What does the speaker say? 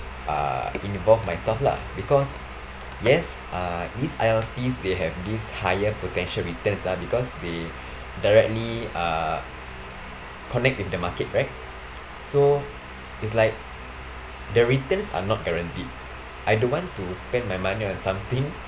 uh involve myself lah because yes uh this I_L_P's they have these higher potential returns uh because they directly uh connect with the market right so it's like the returns are not guaranteed I don't want to spend my money on something